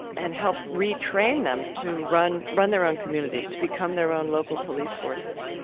and help re-train them to run run their own communities, to become their own local police forces.